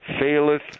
faileth